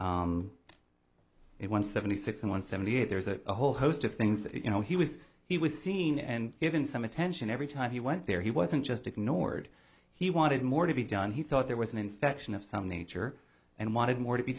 testing in one seventy six and one seventy eight there's a whole host of things that you know he was he was seen and given some attention every time he went there he wasn't just ignored he wanted more to be done he thought there was an infection of some nature and wanted more to be